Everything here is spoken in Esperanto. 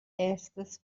estas